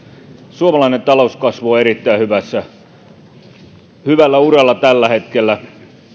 suomalainen talouskasvu on erittäin hyvällä uralla tällä hetkellä